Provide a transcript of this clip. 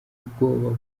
ubwoba